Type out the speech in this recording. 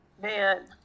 Man